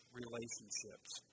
relationships